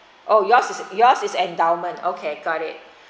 oh yours is yours is endowment okay got it